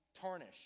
tarnish